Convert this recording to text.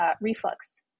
reflux